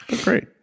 Great